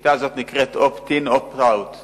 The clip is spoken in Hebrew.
השיטה הזאת נקראתOpt in, Opt out .